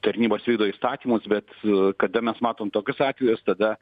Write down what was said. tarnybos vykdo įstatymus bet kada mes matom tokius atvejus tada